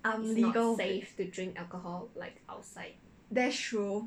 I'm legal that's true